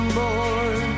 boy